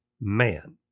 man